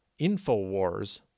Infowars